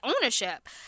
ownership